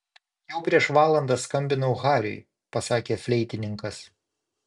jau prieš valandą skambinau hariui pasakė fleitininkas